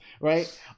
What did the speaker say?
right